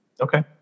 Okay